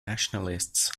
nationalists